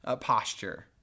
posture